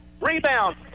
Rebound